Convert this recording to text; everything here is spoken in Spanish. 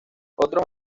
otros